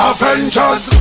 Avengers